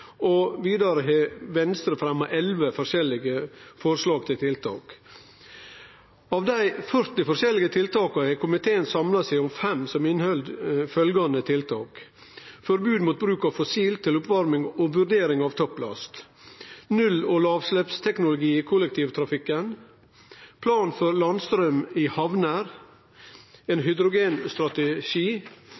og vidare har Venstre fremja 11 forskjellige forslag til tiltak. Av dei 40 forskjellige tiltaka har komiteen samla seg om 5 forslag til vedtak som inneheld følgjande tiltak: eit forbod mot bruk av fossil olje til oppvarming og ei vurdering av om forbodet òg skal omfatte topplast, null- og lavutsleppsteknologi i kollektivtrafikken, ein plan for landstrøm i hamner,